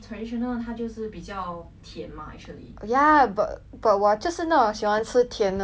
ya but but 我就是那种真的喜欢吃甜的所以我应该还是会比较喜欢 traditional leh